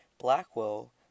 Blackwell